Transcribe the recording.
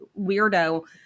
weirdo